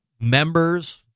members